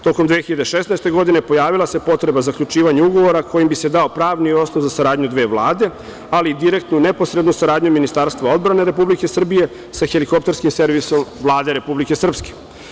Tokom 2016. godine pojavila se potreba zaključivanja ugovora kojim bi se dao pravni osnov za saradnju dve vlade, ali direktno i neposredno saradnjom Ministarstva odbrane Republike Srbije sa helikopterskim servisom Vlade Republike Srpske.